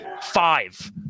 Five